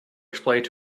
explained